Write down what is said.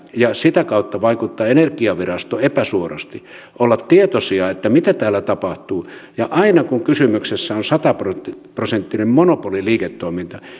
ja sitä kautta vaikutamme energiavirastoon epäsuorasti olla tietoisia siitä mitä täällä tapahtuu ja aina kun kysymyksessä on sataprosenttinen monopoliliiketoiminta